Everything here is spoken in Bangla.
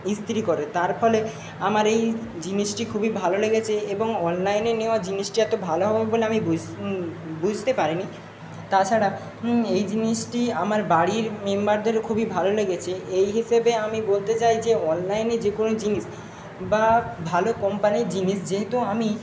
ইস্ত্রি করে তার ফলে আমার এই জিনিসটি খুবই ভালো লেগেছে এবং অনলাইনে নেওয়া জিনিসটি এতো ভালো হবে বলে আমি বুঝতে পারি নি তাছাড়া এই জিনিসটি আমার বাড়ির মেম্বারদের খুবই ভালো লেগেছে এই হিসেবে আমি বলতে চাই যে অনলাইনে যে কোনো জিনিস বা ভালো কোম্পানির জিনিস যেহেতু আমি